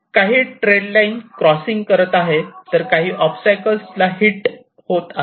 काही trail line crossing करत आहेत तर काही ओबस्टॅकल्स ला हिट होत आहेत